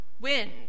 wind